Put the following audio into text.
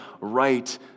right